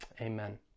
amen